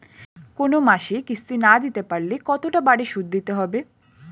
কোন মাসে কিস্তি না দিতে পারলে কতটা বাড়ে সুদ দিতে হবে?